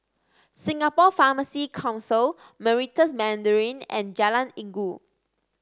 Singapore Pharmacy Council Meritus Mandarin and Jalan Inggu